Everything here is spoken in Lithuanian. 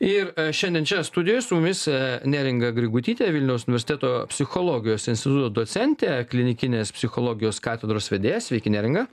ir šiandien čia studijojesu visa neringa grigutytė vilniaus universiteto psichologijos instituto docentė klinikinės psichologijos katedros vedėja sveiki neringa